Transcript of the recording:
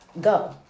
go